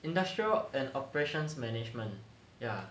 industrial and operations management ya